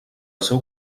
seu